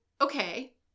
okay